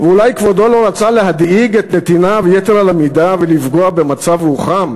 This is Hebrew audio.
ואולי כבודו לא רצה להדאיג את נתיניו יתר על המידה ולפגוע במצב רוחם?